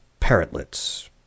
parrotlets